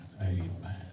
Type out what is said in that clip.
amen